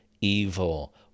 evil